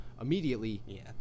immediately